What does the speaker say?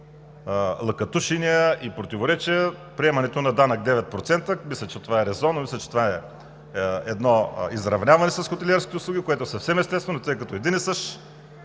лъкатушения и противоречия – приемането на данък 9%. Мисля, че това е резонно, мисля, че това е едно изравняване с хотелиерските услуги, което е съвсем естествено, тъй като един и същ